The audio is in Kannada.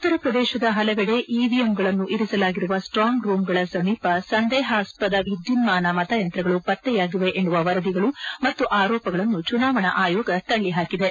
ಉತ್ತರ ಪ್ರದೇಶದ ಹಲವೆಡೆ ಇವಿಎಮ್ಗಳನ್ನು ಇರಿಸಲಾಗಿರುವ ಸ್ಟಾಂಗ್ ರೂಂಗಳ ಸಮೀಪ ಸಂದೇಹಾಸ್ವದ ವಿದ್ಯುನ್ಮಾನ ಮತೆಯಂತ್ರೆಗಳು ಪತ್ತೆಯಾಗಿವೆ ಎನ್ನುವ ವರದಿಗಳು ಮತ್ತು ಆರೋಪಗಳನ್ನು ಚುನಾವಣಾ ಆಯೋಗ ತಳ್ಳಿ ಹಾಕಿದೆ